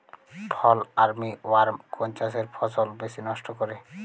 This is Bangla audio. ফল আর্মি ওয়ার্ম কোন চাষের ফসল বেশি নষ্ট করে?